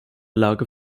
lage